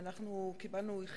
על כן,